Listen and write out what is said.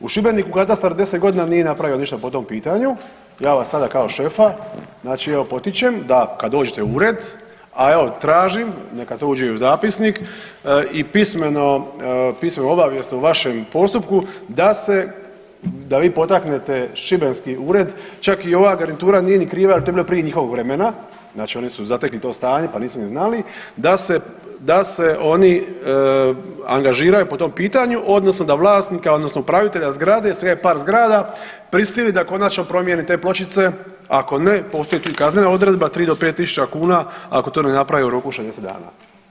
U Šibenik katastar 10 godina nije napravio ništa po tom pitanju, ja vas sada kao šefa znači evo potičem da kad dođete u ured, a evo tražim neka to uđe i u zapisnik i pismeno, pismenu obavijest o vašem postupku da se, da vi potaknete šibenski ured, čak i ova garnitura nije ni kriva jer je to bilo prije njihovog vremena znači oni su zatekli to stanje pa nisu ni znali, da se oni angažiraju po tom pitanju odnosno da vlasnika odnosno upravitelja zgrade, svega je par zgrada, prisili da konačno promijeni te pločice, ako ne postoji tu i kaznena odredba 3 do 5.000 kuna ako to ne napravi u roku od 60 dana.